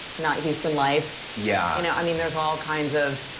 not houston life. yeah you know i mean there's all kinds of